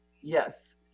Yes